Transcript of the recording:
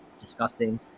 disgusting